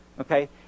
Okay